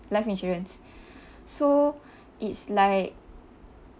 life insurance so it's like